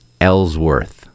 Ellsworth